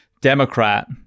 Democrat